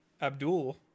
Abdul